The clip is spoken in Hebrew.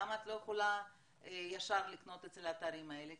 למה את לא יכולה ישר לקנות באתרים האלה?